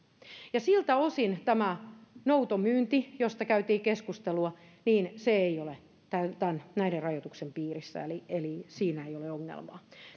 siltä osin tämä noutomyynti josta käytiin keskustelua ei ole näiden rajoituksien piirissä eli eli siinä ei ole ongelmaa